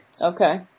Okay